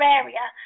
area